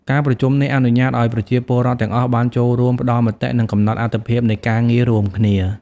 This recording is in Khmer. ការប្រជុំនេះអនុញ្ញាតឲ្យប្រជាពលរដ្ឋទាំងអស់បានចូលរួមផ្តល់មតិ និងកំណត់អាទិភាពនៃការងាររួមគ្នា។